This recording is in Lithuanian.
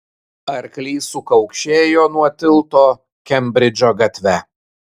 arklys sukaukšėjo nuo tilto kembridžo gatve